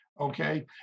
okay